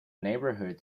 neighborhood